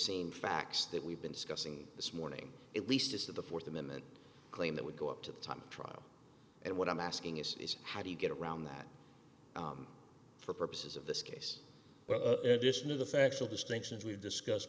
same facts that we've been discussing this morning at least is that the fourth amendment claim that would go up to the time trial and what i'm asking is how do you get around that for purposes of this case just knew the factual distinctions we've discussed